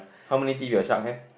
how many teeth your shark have